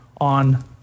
on